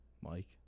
Mike